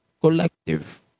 Collective